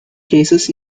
places